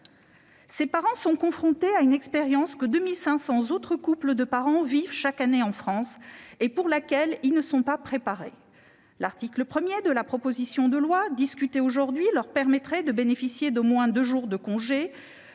Ces parents sont confrontés à une expérience que 2 500 autres couples de parents vivent chaque année en France et à laquelle ils ne sont pas préparés. L'article 1 de la proposition de loi discutée aujourd'hui permettrait aux parents de Paul de bénéficier d'au moins deux jours de congés.